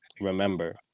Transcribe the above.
remember